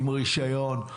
עם רישיון.